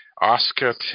Oscar